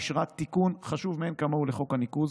אישרה תיקון חשוב מאין כמוהו לחוק הניקוז,